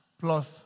plus